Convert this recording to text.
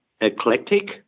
eclectic